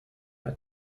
are